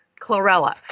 chlorella